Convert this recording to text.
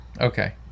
Okay